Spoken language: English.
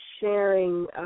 sharing